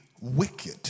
wicked